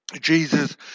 Jesus